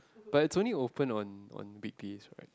but it's only open on on weekdays right